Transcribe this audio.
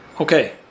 okay